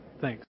Thanks